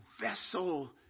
vessel